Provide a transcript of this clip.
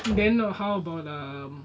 then err how about um